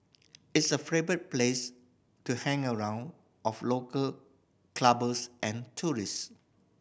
it's a favourite place to hang around of local clubbers and tourist